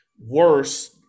worse